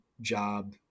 job